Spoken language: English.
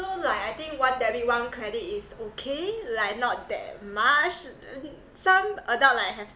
like I think one debit one credit is okay like not that much some adult like have